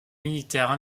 militaires